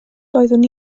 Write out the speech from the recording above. doeddwn